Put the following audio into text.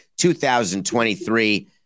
2023